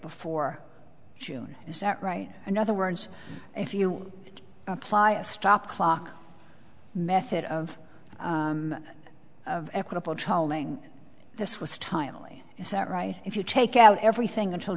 before june is that right in other words if you apply a stopped clock method of of equitable child this was timely is that right if you take out everything until